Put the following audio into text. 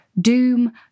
Doom